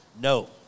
No